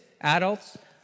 adults